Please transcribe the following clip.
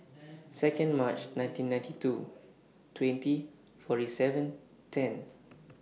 Second March nineteen ninety two twenty forty seven ten